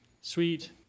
sweet